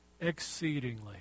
exceedingly